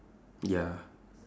ya